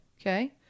okay